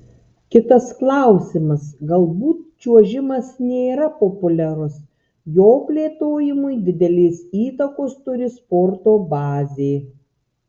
kitas klausimas galbūt čiuožimas nėra populiarus jo plėtojimui didelės įtakos turi sporto bazė